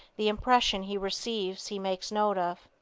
the impression he receives he makes note of.